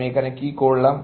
আমি এখানে কি করলাম